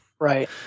right